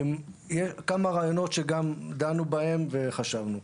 כמה רעיונות דנו בהם וחשבנו.